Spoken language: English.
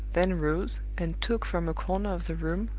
then rose, and took from a corner of the room,